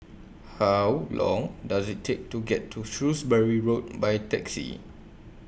How Long Does IT Take to get to Shrewsbury Road By Taxi